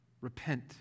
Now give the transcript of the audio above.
Repent